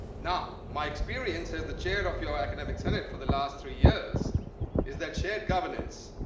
now, my experience as the chair of your academic senate for the last three years is that shared governance